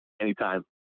Anytime